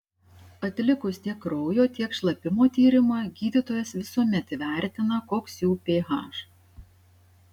atlikus tiek kraujo tiek šlapimo tyrimą gydytojas visuomet įvertina koks jų ph